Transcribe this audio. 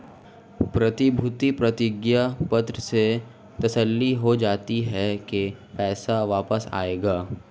प्रतिभूति प्रतिज्ञा पत्र से तसल्ली हो जाती है की पैसा वापस आएगा